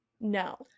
No